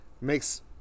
makes